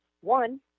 one